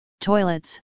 toilets